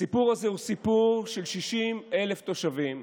הסיפור הזה הוא סיפור של 60,000 תושבים.